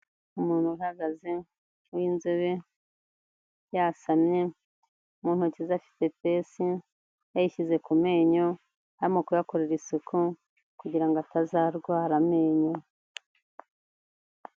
Umuntu uhagaze, w'inzobe, yasamye, mu ntoki ze afite pesi, yayishyize ku menyo, arimo kuyakorera isuku, kugira ngo atazarwara amenyo.